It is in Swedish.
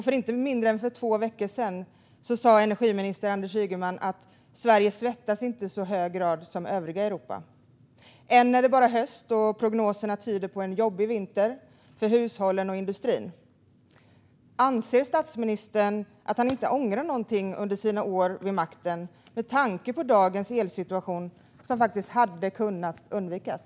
För mindre än två veckor sedan sa energiminister Anders Ygeman att Sverige inte svettas i så hög grad som övriga Europa. Än så länge är det bara höst. Prognoserna pekar på en jobbig vinter för hushållen och för industrin. Menar verkligen statsministern att han inte ångrar något under sina år vid makten med tanke på dagens elsituation, som faktiskt hade kunnat undvikas?